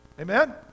Amen